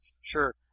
Sure